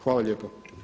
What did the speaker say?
Hvala lijepo.